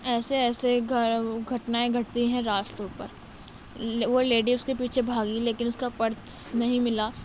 ایسے ایسے گھٹنائیں گھٹتی ہیں راستوں پر وہ لیڈی اس کے پیچھے بھاگی لیکن اس کا پرس نہیں ملا